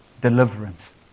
deliverance